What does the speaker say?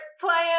playing